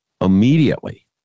immediately